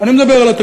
אני מדבר על התקציב.